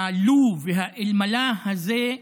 ה"לו" וה"אלמלא" הזה,